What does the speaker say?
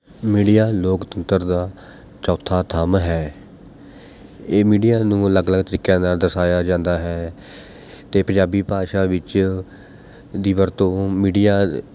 media ਲੋਕਤੰਤਰ ਦਾ ਚੌਥਾ ਥੰਮ੍ਹ ਹੈ ਇਹ ਮੀਡੀਆ ਨੂੰ ਅਲੱਗ ਅਲੱਗ ਤਰੀਕਿਆਂ ਨਾਲ਼ ਦਰਸਾਇਆ ਜਾਂਦਾ ਹੈ ਅਤੇ ਪੰਜਾਬੀ ਭਾਸ਼ਾ ਵਿੱਚ ਦੀ ਵਰਤੋਂ ਮੀਡੀਆ